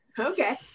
okay